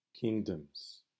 kingdoms